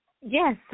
Yes